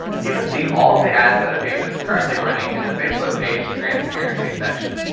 you can see all of the ads that a page is currently running in the facebook page transparency section.